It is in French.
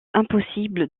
impossible